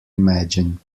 imagine